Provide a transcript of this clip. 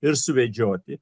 ir suvedžioti